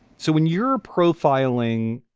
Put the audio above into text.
so when you're profiling,